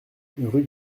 rue